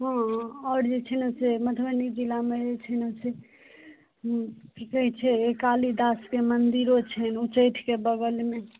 हँ आओर जे छै ने से मधुबनी जिलामे जे छै ने से कि कहै छै काली दासके मन्दिरो छनि उच्चैठके बगलमे